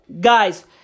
guys